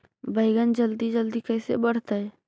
बैगन जल्दी जल्दी कैसे बढ़तै?